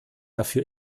dafür